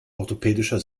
orthopädischer